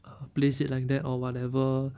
uh place it like that or whatever